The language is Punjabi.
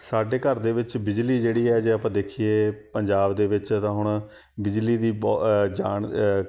ਸਾਡੇ ਘਰ ਦੇ ਵਿੱਚ ਬਿਜਲੀ ਜਿਹੜੀ ਹੈ ਜੇ ਆਪਾਂ ਦੇਖੀਏ ਪੰਜਾਬ ਦੇ ਵਿੱਚ ਤਾਂ ਹੁਣ ਬਿਜਲੀ ਦੀ ਬਹੁਤ ਜਾਣ